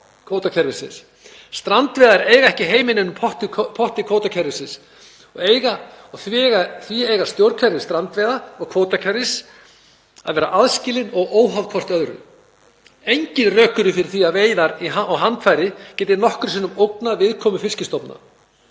Strandveiðarnar eiga ekki heima í neinum „potti“ kvótakerfisins og því eiga stjórnkerfi strandveiða og kvótakerfis að vera aðskilin og óháð hvort öðru. Engin rök eru fyrir því að veiðar á handfæri geti nokkru sinni ógnað viðkomu fiskistofna.